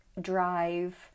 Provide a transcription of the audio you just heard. drive